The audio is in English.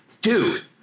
dude